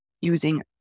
using